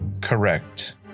correct